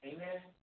Amen